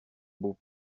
beau